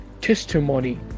testimony